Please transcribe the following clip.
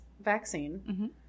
vaccine